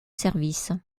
service